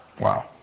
Wow